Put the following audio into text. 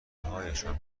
هایشان